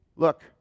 Look